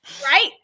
Right